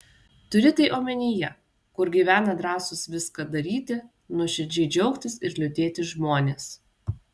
turi tai omenyje kur gyvena drąsūs viską daryti nuoširdžiai džiaugtis ir liūdėti žmonės